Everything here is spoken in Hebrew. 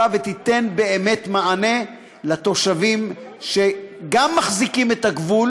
ותיתן באמת מענה לתושבים שגם מחזיקים את הגבול